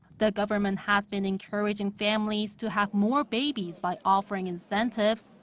the government has been encouraging families to have more babies by offering incentives,